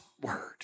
word